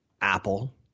Apple